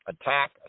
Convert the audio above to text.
attack